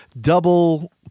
double